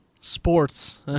Sports